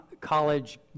college